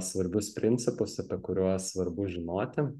svarbius principus apie kuriuos svarbu žinoti